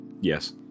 Yes